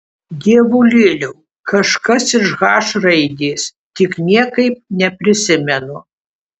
dievulėliau kažkas iš h raidės tik niekaip neprisimenu